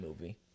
movie